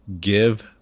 Give